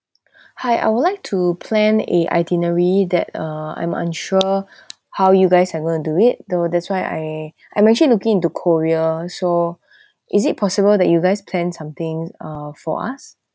hi I would like to plan a itinerary that uh I'm unsure how you guys are going to do it though that's why I I actually looking into korea so is it possible that you guys plan somethings uh for us